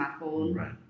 right